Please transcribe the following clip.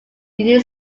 union